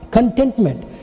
Contentment